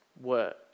work